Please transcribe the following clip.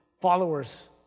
followers